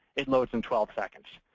it loads in twelve seconds.